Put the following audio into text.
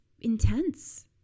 intense